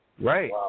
Right